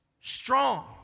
strong